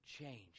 change